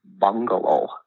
bungalow